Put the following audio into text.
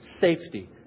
Safety